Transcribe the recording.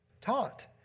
taught